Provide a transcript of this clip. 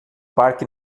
parque